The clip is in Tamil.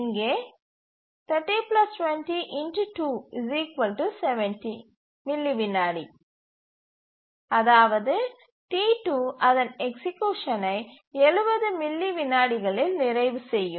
இங்கே 30 20 ∗ 2 70 மில்லி விநாடி அதாவது T2 அதன் எக்சீக்யூசனை 70 மில்லி விநாடிகலில் நிறைவு செய்யும்